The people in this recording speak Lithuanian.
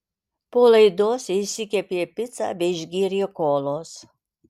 po laidos jie išsikepė picą bei išgėrė kolos